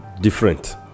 different